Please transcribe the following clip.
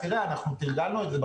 אנחנו תרגלנו את זה.